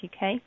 UK